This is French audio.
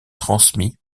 transmis